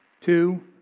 two